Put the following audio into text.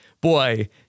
boy